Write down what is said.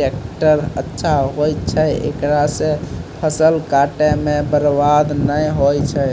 Tractor अच्छा होय छै ऐकरा से फसल काटै मे बरवाद नैय होय छै?